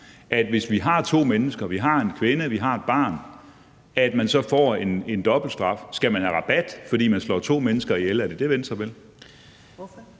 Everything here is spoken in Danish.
at hvis vi har to mennesker – vi har en kvinde, og vi har et barn – der slås ihjel, så skal man have en dobbelt straf. Skal man have rabat, fordi man slår to mennesker ihjel? Er det det, Venstre vil?